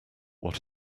what